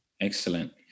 excellent